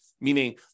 meaning